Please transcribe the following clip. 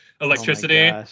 electricity